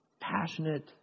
passionate